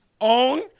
own